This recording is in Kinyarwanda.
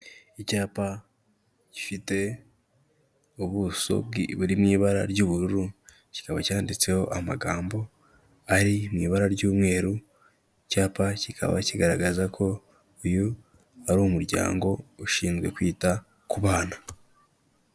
Icyapa gifite ubuso buri mu ibara ry'ubururu, kikaba cyanditseho amagambo ari mu ibara ry'umweru, icyapa kikaba kigaragaza ko uyu ari umuryango ushinzwe kwita ku bana.